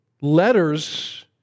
letters